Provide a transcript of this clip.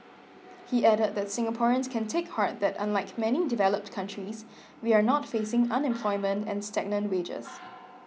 he added that Singaporeans can take heart that unlike many developed countries we are not facing unemployment and stagnant wages